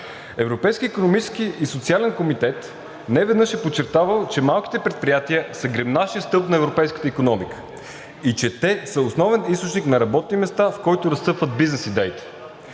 Европейският икономически и социален комитет неведнъж е подчертавал, че малките предприятия са гръбначният стълб на европейската икономика и че те са основен източник на работни места, в който разцъфват бизнес идеите.